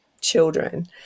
children